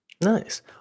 Nice